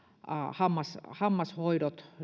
hammashoidot hammashoidot